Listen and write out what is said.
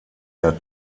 der